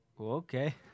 Okay